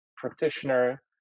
practitioner